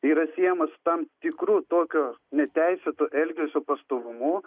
yra siejamas su tam tikru tokio neteisėto elgesio pastovumu